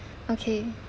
okay